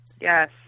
yes